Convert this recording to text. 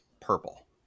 purple